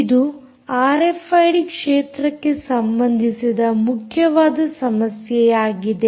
ಇದು ಆರ್ಎಫ್ಐಡಿ ಕ್ಷೇತ್ರಕ್ಕೆ ಸಂಬಂಧಿಸಿದ ಮುಖ್ಯವಾದ ಸಮಸ್ಯೆಯಾಗಿದೆ